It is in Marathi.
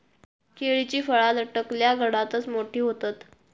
केळीची फळा लटकलल्या घडातच मोठी होतत